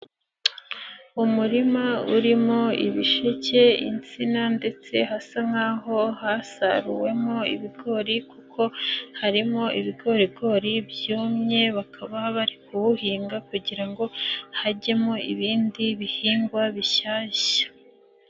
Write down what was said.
Umurima urimo ibisheke, insina ndetse hasa nk'aho hasaruwemo ibigori kuko harimo ibigorikori byumye bakaba bari kuwuhinga kugira ngo hagemo ibindi bihingwa bishyashya.